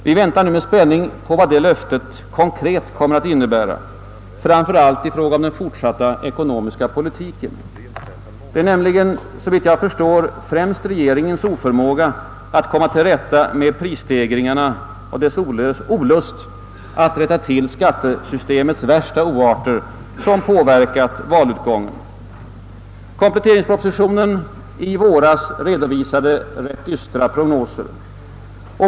Vi väntar nu med spänning på vad det löftet konkret kommer att innebära, framför allt i fråga om den fortsatta ekonomiska politiken. Det är nämligen såvitt jag förstår främst regeringens oförmåga att komma till rätta med prisstegringarna och dess olust att rätta till skattesystemets värsta oarter som påverkat valutgången. Kompletteringspropositionen i våras redovisade rätt dystra prognoser.